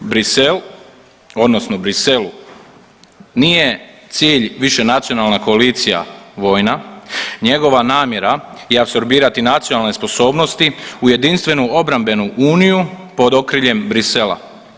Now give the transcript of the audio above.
Bruxelles odnosno Bruxellesu nije cilj višenacionalna koalicija vojna, njegova namjera je apsorbirati nacionalne sposobnosti u jedinstvenu obrambenu uniju pod okriljem Bruxellesa.